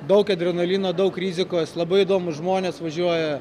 daug adrenalino daug rizikos labai įdomūs žmonės važiuoja